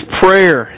prayer